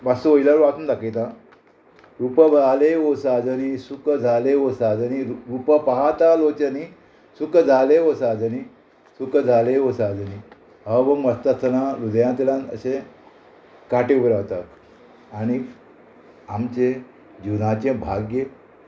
मात्सो वयल्या वयर वाचून दाखयता रुप जाले हो साजणी सुख जाले हो साजणी रु रुप पहाता लोचनी सुख जाले हो साजणी सुख जाले हो सादली हो अभंग वाचता आसतना हृदयांतल्यान अशें काटें उर रावता आनी आमचे जिवनाचे भाग्य